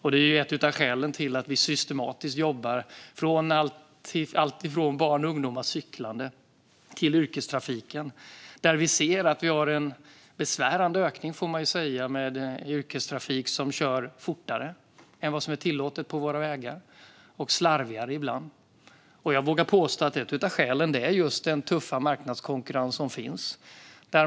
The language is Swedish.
Detta är ett av skälen till att vi systematiskt jobbar med alltifrån barns och ungdomars cyklande till yrkestrafiken. Vi ser att vi har en besvärande ökning, får man säga, av yrkestrafik som kör fortare - och ibland slarvigare - än vad som är tillåtet på våra vägar. Jag vågar påstå att ett av skälen är just den tuffa marknadskonkurrensen.